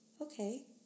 okay